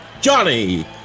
Johnny